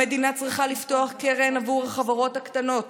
המדינה צריכה לפתוח קרן עבור החברות הקטנות